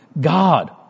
God